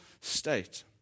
state